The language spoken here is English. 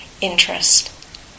interest